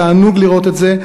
תענוג לראות את זה.